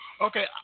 Okay